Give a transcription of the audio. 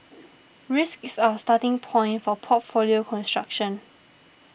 risk is our starting point for portfolio construction